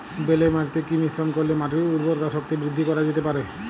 বেলে মাটিতে কি মিশ্রণ করিলে মাটির উর্বরতা শক্তি বৃদ্ধি করা যেতে পারে?